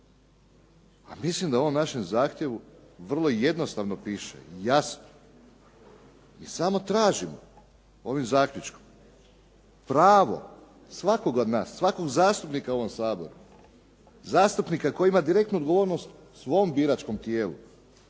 Ali mislim da u ovom našem zahtjevu vrlo jednostavno piše i jasno i samo tražimo ovim zaključkom pravo svakog od nas, svakog zastupnika u ovom Saboru, zastupnika koji ima direktnu odgovornost svom biračkom tijelu.